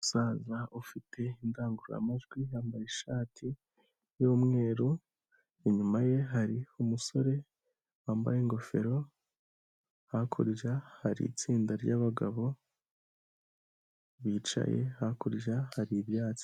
Umusaza ufite indangururamajwi, yambaye ishati y'umweru, inyuma ye hari umusore wambaye ingofero, hakurya hari itsinda ry'abagabo bicaye, hakurya hari ibyatsi.